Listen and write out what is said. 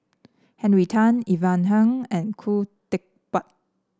Henry Tan Ivan Heng and Khoo Teck Puat